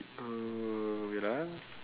err wait ah